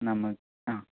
നമ ആ